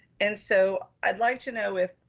and so i'd like to know if,